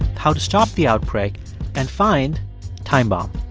how to stop the outbreak and find time bomb.